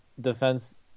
defense